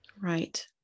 Right